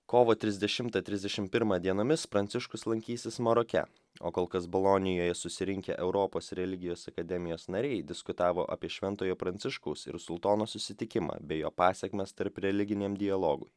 kovo trisdešimtą trisdešimt pirmą dienomis pranciškus lankysis maroke o kol kas bolonijoje susirinkę europos religijos akademijos nariai diskutavo apie šventojo pranciškaus ir sultono susitikimą bei jo pasekmes tarp religiniam dialogui